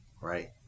right